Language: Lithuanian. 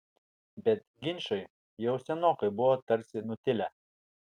bet ginčai jau senokai buvo tarsi nutilę